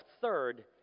third